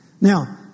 Now